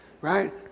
right